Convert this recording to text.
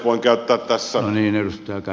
voin käyttää tässä